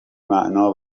معنا